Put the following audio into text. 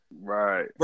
Right